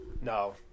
no